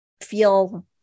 feel